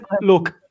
look